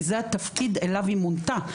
כי זה התפקיד אליו היא מונתה,